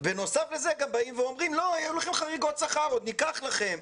בנוסף לזה גם באים ואומרים שהיו לכם חריגות שכר ועוד ניקח לכם.